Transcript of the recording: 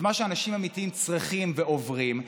את מה שאנשים אמיתיים צריכים ועוברים.